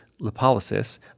lipolysis